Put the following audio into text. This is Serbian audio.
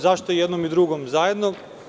Zašto jednom i drugom zajedno?